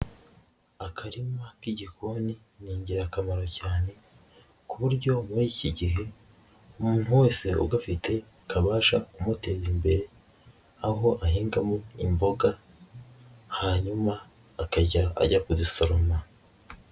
Akarima k'igikoni ni ingirakamaro cyane, ku buryo muri iki gihe umuntu wese ugafite kabasha kumuteza imbere, aho ahingamo imboga hanyuma akajya ajya kuzisoroma.